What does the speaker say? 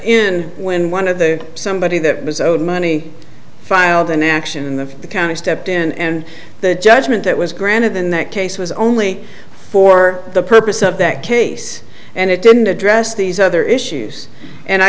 in when one of the somebody that was owed money filed an action in the the county stepped in and the judgment that was granted in that case was only for the purpose of that case and it didn't address these other issues and i